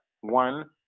one